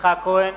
יצחק כהן,